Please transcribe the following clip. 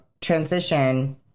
transition